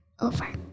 over